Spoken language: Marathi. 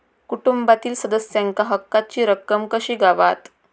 कुटुंबातील सदस्यांका हक्काची रक्कम कशी गावात?